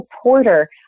supporter